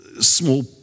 small